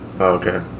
Okay